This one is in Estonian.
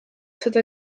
seda